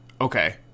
Okay